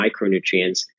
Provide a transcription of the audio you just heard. micronutrients